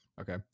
Okay